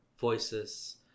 voices